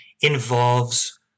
involves